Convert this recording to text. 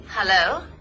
Hello